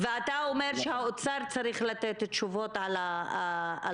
ואתה אומר שהאוצר צריך לתת תשובות על זה.